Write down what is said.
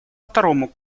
второму